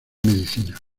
medicina